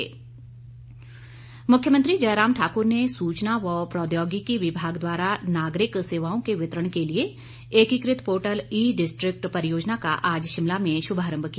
मुख्यमंत्री मुख्यमंत्री जयराम ठाक्र ने सूचना व प्रौद्योगिकी विभाग द्वारा नागरिक सेवाओं के वितरण के लिए एकीकृत पोर्टल ई डिस्ट्रिक्ट परियोजना का आज शिमला में शुभारंभ किया